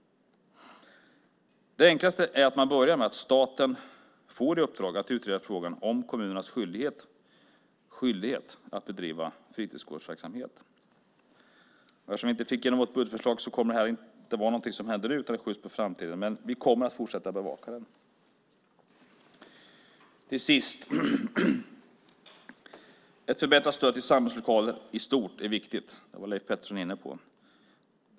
Det enklaste är att man börjar med att staten får i uppdrag att utreda frågan om kommunernas skyldighet att bedriva fritidsgårdsverksamhet. Eftersom vi inte fick igenom vårt budgetförslag kommer detta inte att ske nu utan skjuts på framtiden, men vi kommer att fortsätta bevaka denna fråga. Till sist: Ett förbättrat stöd till samlingslokaler i stort är viktigt. Det var Leif Pettersson inne på.